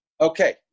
Okay